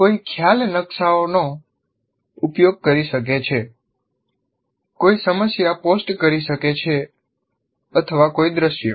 કોઈ ખ્યાલ નકશાનો ઉપયોગ કરી શકે છે કોઈ સમસ્યા પોસ્ટ કરી શકે છે અથવા કોઈ દૃશ્ય